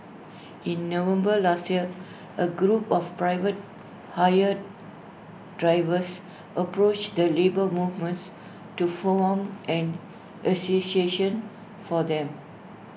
in November last year A group of private hire drivers approached the labour movements to form an association for them